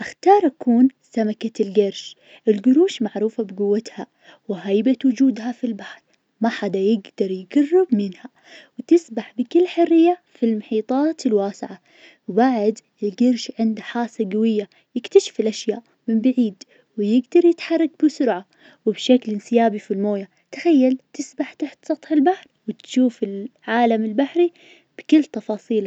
أختار أكون سمكة القرش, القروش معروفة بقوتها, وهيبة وجودها في البحر, ما حدا يقدر يقرب منها وتسبح بكل حرية في المحيطات الواسعة, وبعد القرش عنده حاسة قوية, يكتشف الأشياء من بعيد, و يقدر يتحرك بسرعة, وبشكل انسيابي في المويه, تخيل تسبح تحت سطح البحر, وتشوف العالم البحري بكل تفاصيله.